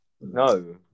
No